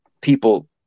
people